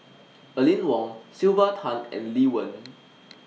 Aline Wong Sylvia Tan and Lee Wen